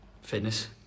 fitness